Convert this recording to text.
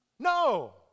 No